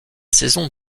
saison